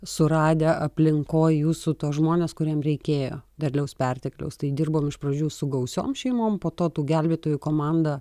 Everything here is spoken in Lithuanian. suradę aplinkoj jūsų tuos žmones kuriems reikėjo derliaus pertekliaus tai dirbom iš pradžių su gausiom šeimom po to tų gelbėtojų komanda